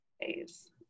days